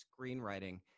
screenwriting